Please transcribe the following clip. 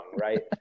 right